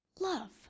love